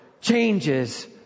changes